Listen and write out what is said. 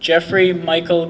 jeffrey michael